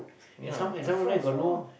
ya a friends !wah!